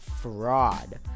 fraud